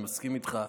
אני מסכים איתך.